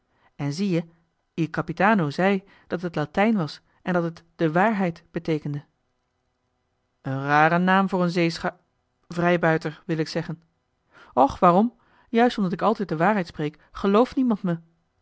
en zie-je il capitano zei dat het latijn was en dat het de waarheid beteekende een rare naam voor een zeesch vrijbuiter wil ik zeggen och waarom juist omdat ik altijd de waarheid spreek gelooft niemand me